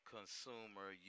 Consumer